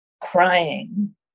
crying